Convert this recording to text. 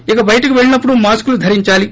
ఇక బయటకు వెళ్ళినపుడు మాస్కులు ధరించాలి